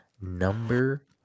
number